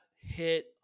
hit